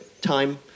time